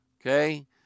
okay